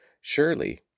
Surely